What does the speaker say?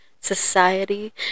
society